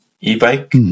e-bike